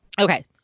Okay